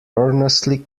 earnestly